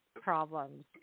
problems